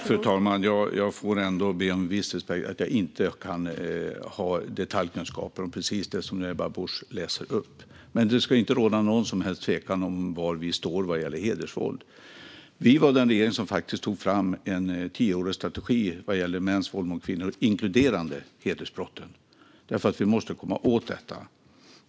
Fru talman! Jag får ändå be om viss respekt för att jag inte har detaljkunskaper om precis det som Ebba Busch tar upp. Men det ska inte råda något som helst tvivel om var vi står vad gäller hedersvåld. Vi var den regering som tog fram en tioårig strategi vad gäller mäns våld mot kvinnor, som inkluderade hedersbrotten, därför att vi måste komma åt detta.